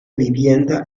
vivienda